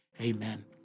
Amen